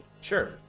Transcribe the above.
Sure